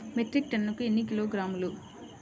Metric టన్నుకు ఎన్ని కిలోగ్రాములు?